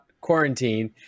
quarantine